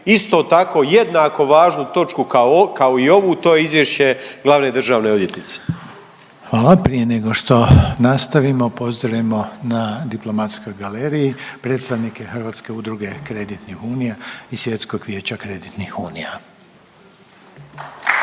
isto tako jednako važnu točku kao i ovu, to je izvješće glavne državne odvjetnice. **Reiner, Željko (HDZ)** Hvala. Prije nego što nastavimo, pozdravimo na diplomatskoj galeriji predstavnike Hrvatske udruge kreditnih unija i Svjetskog vijeća kreditnih unija.